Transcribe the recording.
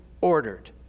ordered